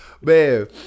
man